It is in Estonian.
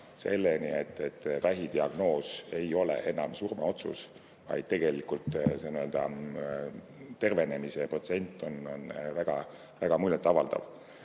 selleni, et vähidiagnoos ei ole enam surmaotsus, vaid tervenemise protsent on väga muljetavaldav.